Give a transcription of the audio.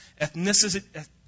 ethnicities